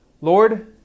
Lord